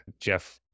jeff